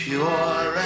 Pure